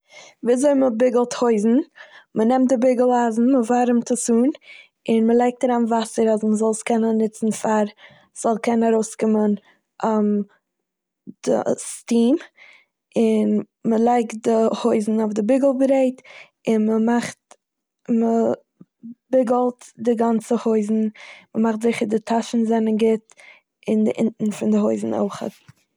וויזוי מ'ביגלט הויזן. מ'נעמט די ביגל אייזן, מ'ווארעמט עס אן און מ'לייגט אריין וואסער אז מ'זאל עס קענען נוצן פאר- ס'זאל קענען ארויסקומען די סטים, און מ'לייגט די הויזן אויף די ביגל ברעט, און מ'מאכט- מ'ביגלט די גאנצע הויזן, מ'מאכט זיכער די טאשן זענען גוט און די אינטן פון די הויזן אויכעט.